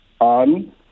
on